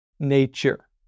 Nature